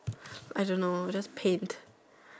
I don't know just paint